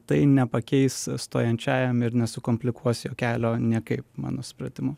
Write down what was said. tai nepakeis stojančiajam ir nesukomplikuos jo kelio nekaip mano supratimu